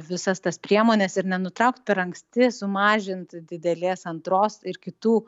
visas tas priemones ir nenutraukt per anksti sumažint didelės antros ir kitų